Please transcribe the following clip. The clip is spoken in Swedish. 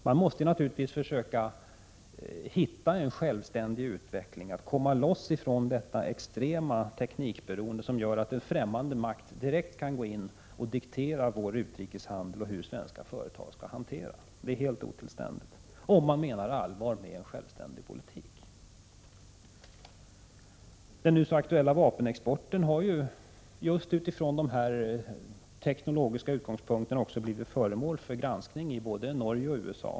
Man måste naturligtvis försöka hitta en självständig utveckling och komma loss ifrån detta extrema teknikberoende, som gör att en främmande makt direkt kan diktera vår utrikeshandel och hur svenska företag skall agera. Det är helt otillständigt — om man menar allvar med en självständig politik. 54 Den nu så aktuella vapenexporten har just utifrån dessa teknologiska utgångspunkter blivit föremål för granskning i både Norge och USA.